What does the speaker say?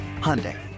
Hyundai